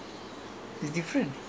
so they are in